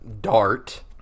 dart